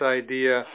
idea